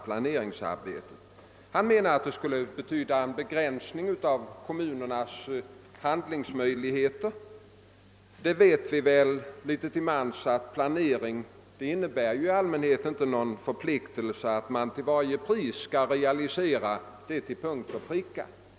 Han anser tydligen att planeringen medför en begränsning av kommunernas handlingsmöjligheter. Vi vet väl litet till mans, att planering i allmänhet inte innebär någon förpliktelse, att man till punkt och pricka och till varje pris skall realisera planerna.